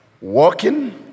walking